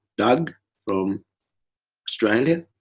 doug from australia.